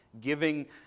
giving